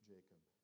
Jacob